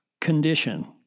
condition